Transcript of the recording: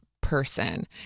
person